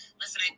listen